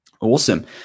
Awesome